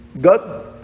God